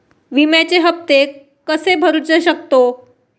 विम्याचे हप्ते कसे भरूचो शकतो?